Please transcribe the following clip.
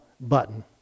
button